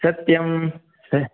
सत्यं